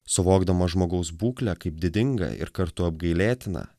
suvokdamas žmogaus būklę kaip didingą ir kartu apgailėtiną